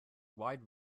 wide